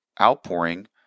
outpouring